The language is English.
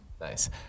Nice